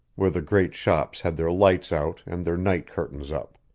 where the great shops had their lights out and their night curtains up.